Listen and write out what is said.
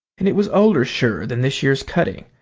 and it was older sure than this year's cutting,